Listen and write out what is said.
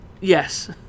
Yes